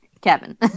Kevin